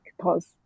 pause